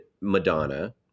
Madonna